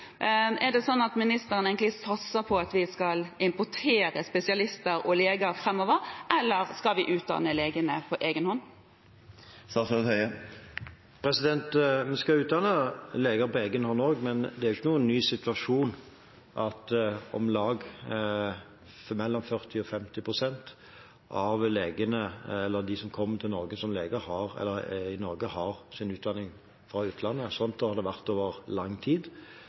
Er det slik at ministeren egentlig satser på at vi skal importere spesialister og leger framover, eller skal vi utdanne legene på egen hånd? Vi skal også utdanne leger på egen hånd, men det er jo ikke noen ny situasjon at om lag 40–50 pst. av legene i Norge har sin utdanning fra utlandet. Slik har det vært over lang tid. Det er også helt klart at